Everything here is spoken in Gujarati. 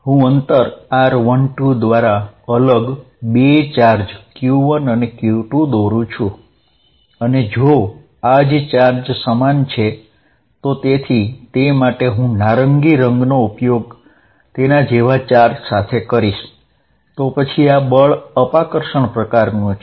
હું અંતર r12 દ્વારા અલગ બે ચાર્જ q1 અને q2 દોરું છું અને જો આ જ ચાર્જ સમાન છે તો તેથી તે માટે હું નારંગી રંગનો ઉપયોગ તેના જેવા ચાર્જ સાથે કરીશ તો પછી આ બળ અપાકર્ષણ પ્રકારનું છે